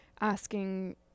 asking